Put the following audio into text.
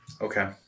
Okay